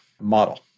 model